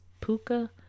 Puka